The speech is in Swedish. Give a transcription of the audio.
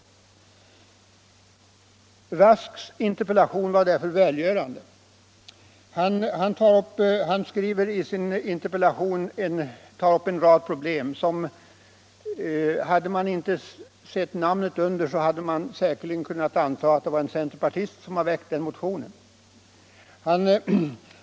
Herr Rasks interpellation var därför välgörande. Han tog upp en rad problem. Om man inte hade sett interpellantens namn, skulle man ha kunnat tro att frågorna ställts av en centerpartist.